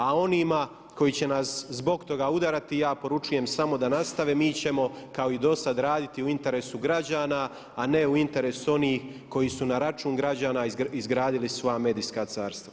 A onima koji će nas zbog toga udarati ja poručujem samo da nastave, mi ćemo kao i dosad raditi u interesu građana, a ne u interesu onih koji su na račun građana izgradili svoja medijska carstva.